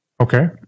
Okay